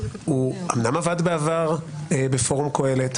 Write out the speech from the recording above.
אומנם הוא עבד בעבר בפורום קהלת,